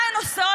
מה הן עושות?